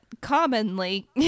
commonly